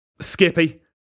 Skippy